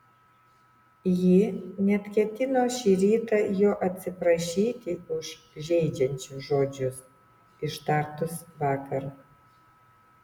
ji net ketino šį rytą jo atsiprašyti už žeidžiančius žodžius ištartus vakar